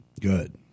Good